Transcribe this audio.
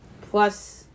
plus